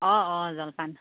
অঁ অঁ জলপান